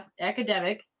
academic